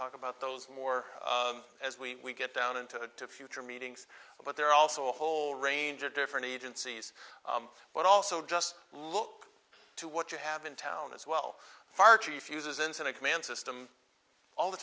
talk about those more as we get down into the future meetings but there are also a whole range of different agencies but also just look to what you have in town as well fire chief uses incident command system all the